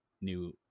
new